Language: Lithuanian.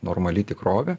normali tikrovė